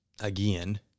Again